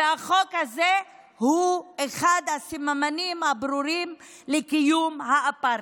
והחוק הזה הוא אחד הסממנים הברורים לקיום האפרטהייד.